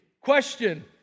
Question